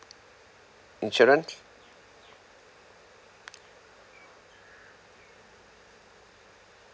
insurance